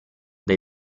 dai